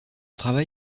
travail